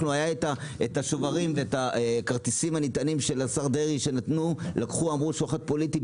על השוברים והכרטיסים הנטענים שהשר דרעי נתן אמרו שוחד פוליטי,